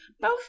both